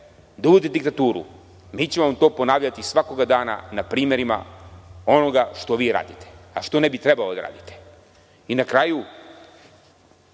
da uvodite diktaturu, mi ćemo vam to ponavljati svakog dana na primerima onoga što vi radite, a što ne bi trebalo da radite. Na kraju